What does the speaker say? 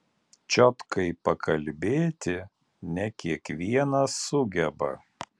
čiotkai pakalbėti ne kiekvienas sugeba